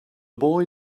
boy